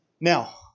Now